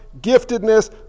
giftedness